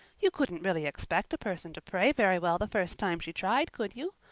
you couldn't really expect a person to pray very well the first time she tried, could you?